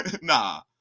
nah